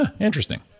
Interesting